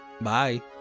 Bye